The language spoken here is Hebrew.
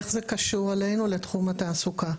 איך זה קשור אלינו לתחום התעסוקה?